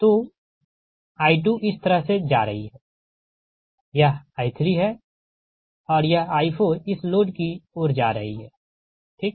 तो I2इस तरह से जा रही है यह I3 है और यह I4 इस लोड की ओर जा रही है ठीक